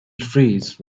freeze